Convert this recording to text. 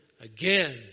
again